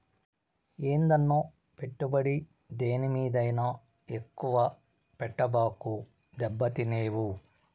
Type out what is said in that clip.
ఏందన్నో, పెట్టుబడి దేని మీదైనా ఎక్కువ పెట్టబాకు, దెబ్బతినేవు